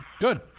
Good